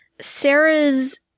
Sarah's